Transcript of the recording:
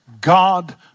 God